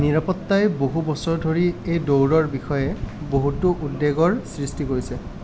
নিৰাপত্তাই বহু বছৰ ধৰি এই দৌৰৰ বিষয়ে বহুতো উদ্বেগৰ সৃষ্টি কৰিছে